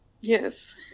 Yes